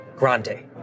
Grande